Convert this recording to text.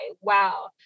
wow